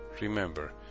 Remember